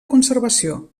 conservació